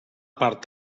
part